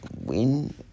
win